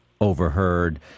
overheard